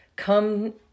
come